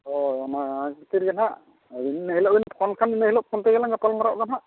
ᱦᱮᱸ ᱚᱱᱟ ᱠᱷᱟᱹᱛᱤᱨ ᱜᱮ ᱦᱟᱸᱜ ᱮᱱᱦᱤᱞᱳᱜ ᱵᱤᱱ ᱯᱷᱚᱱ ᱠᱷᱟᱱ ᱤᱱᱟᱹ ᱦᱤᱞᱳᱜ ᱯᱷᱳᱱ ᱛᱮᱜᱮᱞᱟᱝ ᱜᱟᱯᱟᱞᱢᱟᱨᱟᱜᱼᱟ ᱦᱟᱸᱜ